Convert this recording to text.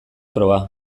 proba